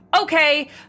Okay